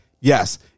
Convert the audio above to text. Yes